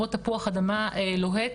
כמו תפוח אדמה לוהט,